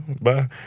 bye